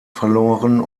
verloren